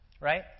right